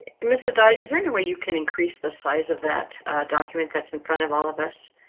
and mr. dot is there anyway you can increase the size of that document that's in front of all of us.